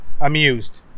amused